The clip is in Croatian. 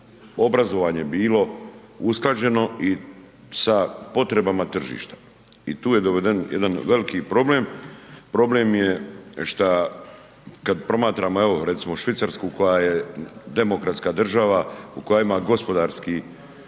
obrazovanje bilo usklađeno i sa potrebama tržišta. I tu je doveden jedan veliki problem. Problem je šta kad promatramo evo recimo Švicarsku koja je demokratska država, koja ima gospodarski,